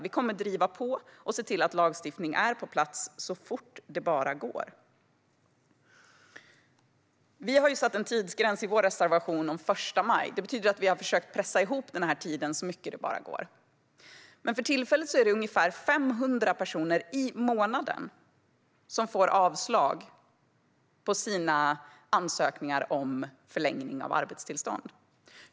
Vi kommer att driva på för att se till att lagstiftningen kommer på plats så fort det går. Vi har i vår reservation satt en tidsgräns, nämligen den 1 maj. Det betyder att vi har försökt att pressa tiden så mycket det går. För tillfället får ungefär 500 personer i månaden avslag på sina ansökningar om förlängning av arbetstillstånd.